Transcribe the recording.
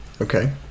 Okay